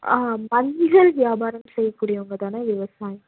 ஆ மஞ்சள் வியாபாரம் செய்யக்கூடியவங்க தானே விவசாயி